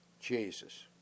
Jesus